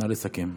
נא לסכם.